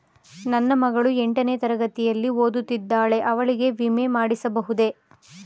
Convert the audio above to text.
ನನ್ನ ಮಗಳು ಎಂಟನೇ ತರಗತಿಯಲ್ಲಿ ಓದುತ್ತಿದ್ದಾಳೆ ಅವಳಿಗೆ ವಿಮೆ ಮಾಡಿಸಬಹುದೇ?